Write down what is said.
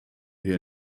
hier